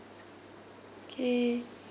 okay